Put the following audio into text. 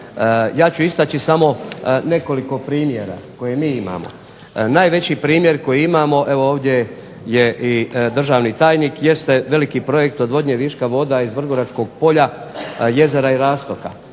Ja ću istaći samo nekoliko primjera koje mi imamo. Najveći primjer koji imamo, evo ovdje je i državni tajnik jeste veliki projekt odvodnje viška voda iz Vrgoračkog polja, jezera i rastoka.